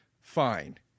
fine